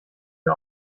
wir